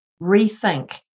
rethink